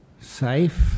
safe